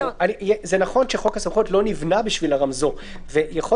נכון שחוק הסמכויות לא נבנה בשביל הרמזור ויכול